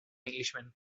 englishman